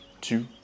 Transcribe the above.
two